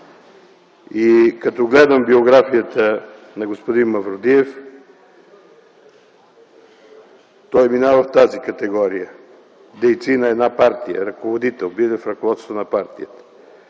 Като гледам биографията на господин Мавродиев, той минава в тази категория – дейци на една партия, ръководител, бидейки в ръководството на партията.